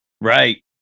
Right